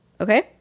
okay